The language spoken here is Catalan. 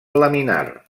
laminar